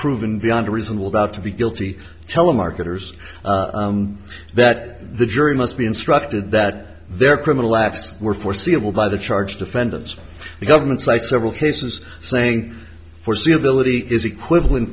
proven beyond a reasonable doubt to the guilty telemarketers that the jury must be instructed that their criminal acts were foreseeable by the charge defendants the government site several cases saying foreseeability is equivalent